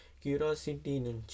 Curiosity